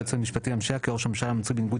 היועץ המשפטי לממשלה כי ראש הממשלה מצוי בניגוד